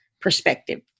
perspective